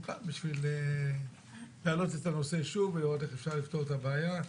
כאן כדי להעלות את הנושא שוב ולראות איך אפשר לפתור את הבעיה.